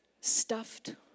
stuffed